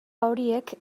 horiek